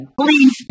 Please